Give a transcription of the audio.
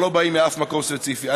לא באים מאף מקום ספציפי.